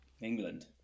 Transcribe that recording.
England